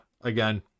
Again